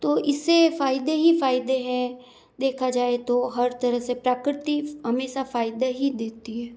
तो इससे फ़ायदे ही फ़ायदे हैं देखा जाये तो हर तरह से प्रकृति हमेशा फ़ायदे ही देती है